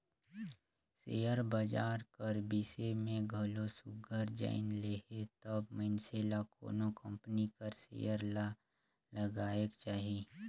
share बजार कर बिसे में घलो सुग्घर जाएन लेहे तब मइनसे ल कोनो कंपनी कर सेयर ल लगाएक चाही